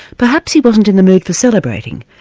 perhaps he wasn't in the mood for celebrating,